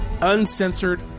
uncensored